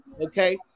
okay